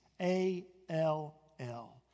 A-L-L